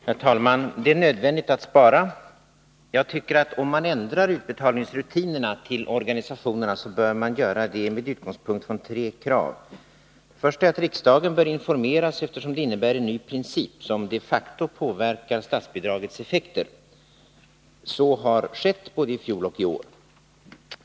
Herr talman! Det är nödvändigt att spara. Jag tycker att om man ändrar utbetalningsrutinerna när det gäller organisationerna, bör man göra det med utgångspunkt i tre krav. Det första är att riksdagen bör informeras, eftersom detta innebär en ny princip, som de facto påverkar statsbidragens effekter. Så har skett, både i fjol och i år.